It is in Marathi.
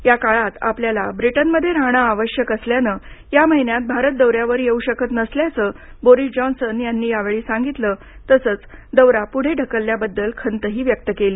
या काळात आपल्याला ब्रिटनमध्ये राहणं आवश्यक असल्याने या महिन्यात भारत दौऱ्यावर येऊ शकत नसल्याचं बोरिस जॉनसन यांनी यावेळी सांगितलं तसंच दौरा पुढे ढकलल्याबद्दल खंतही व्यक्त केली